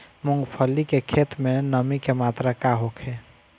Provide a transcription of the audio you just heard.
मूँगफली के खेत में नमी के मात्रा का होखे?